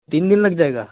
तीन दिन लग जाएगा